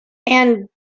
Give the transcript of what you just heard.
and